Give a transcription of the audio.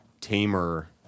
tamer